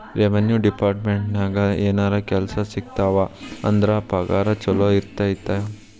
revenue ಡೆಪಾರ್ಟ್ಮೆಂಟ್ನ್ಯಾಗ ಏನರ ಕೆಲ್ಸ ಸಿಕ್ತಪ ಅಂದ್ರ ಪಗಾರ ಚೊಲೋ ಇರತೈತಿ